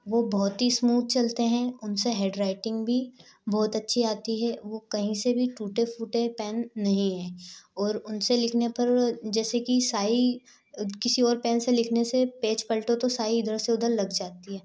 वह बहुत ही स्मूद चलते हैं उनसे हेडराइटिंग भी बहुत अच्छी आती है वह कहीं से भी टूटे फूटे पेन नहीं है और उनसे लिखने पर जैसे कि स्याही किसी और पेन से लिखने से पेज पलटो तो स्याही इधर से उधर लग जाती है